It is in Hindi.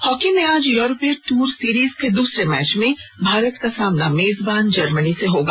हॉकी में आज यूरोपीय टूर सीरीज के दूसरे मैच में भारत का सामना मेजबान जर्मनी से होगा